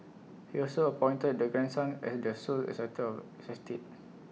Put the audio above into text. he also appointed the grandson as the sole executor